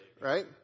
right